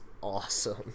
awesome